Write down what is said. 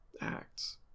acts